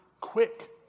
quick